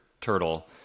turtle